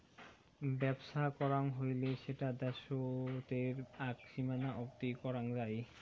বেপছা করাং হৈলে সেটা দ্যাশোতের আক সীমানা অবদি করাং যাই